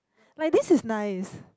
like this is nice